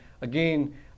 again